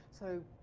so.